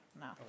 No